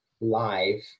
live